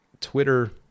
Twitter